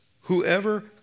Whoever